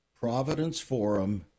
Providenceforum